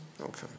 okay